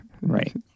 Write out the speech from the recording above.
Right